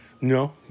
No